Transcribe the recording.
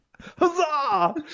Huzzah